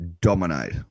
dominate